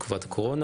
בתקופת הקורונה,